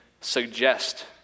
suggest